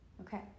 Okay